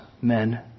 men